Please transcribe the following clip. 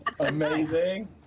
Amazing